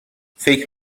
فکر